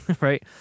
right